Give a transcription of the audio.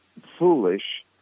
foolish